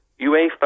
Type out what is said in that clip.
UEFA